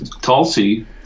Tulsi